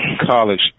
college